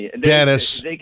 Dennis